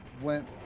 went